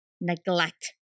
neglect